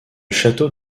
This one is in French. château